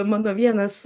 mano vienas